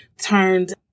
turned